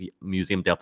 Museum